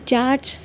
chats